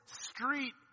street